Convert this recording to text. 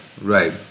right